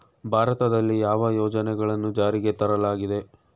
ಭಾರತದಲ್ಲಿ ಯಾವ ಯೋಜನೆಗಳನ್ನು ಜಾರಿಗೆ ತರಲಾಗಿದೆ?